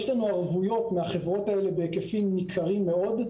יש לנו ערבויות מהחברות האלה בהיקפים ניכרים מאוד.